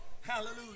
Hallelujah